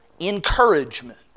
encouragement